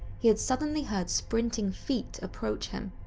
he had suddenly heard sprinting feet approach him.